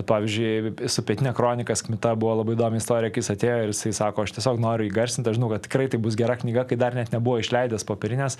pavyzdžiui su pietinia kronikas kmita buvo labai įdomi istorija kai jis atėjo ir jisai sako aš tiesiog noriu įgarsint aš žinau kad tikrai bus gera knyga kai dar net nebuvo išleidęs popierinės